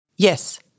Yes